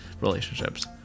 relationships